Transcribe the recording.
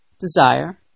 desire